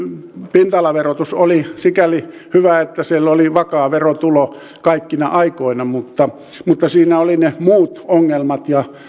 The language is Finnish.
pinta alaverotus oli sikäli hyvä että oli vakaa verotulo kaikkina aikoina mutta mutta siinä olivat ne muut ongelmat ja